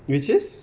which is